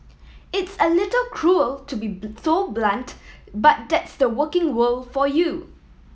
it's a little cruel to be so blunt but that's the working world for you